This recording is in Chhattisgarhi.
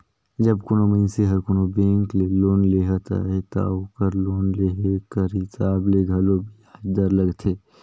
जब कोनो मइनसे हर कोनो बेंक ले लोन लेहत अहे ता ओकर लोन लेहे कर हिसाब ले घलो बियाज दर लगथे